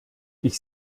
ich